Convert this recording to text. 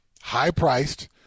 high-priced